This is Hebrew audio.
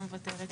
לא מוותרת.